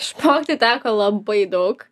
išmokti teka labai daug